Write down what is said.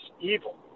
evil